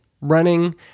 running